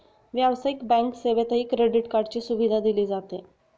व्यावसायिक बँक सेवेतही क्रेडिट कार्डची सुविधा दिली जाते